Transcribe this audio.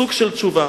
סוג של תשובה.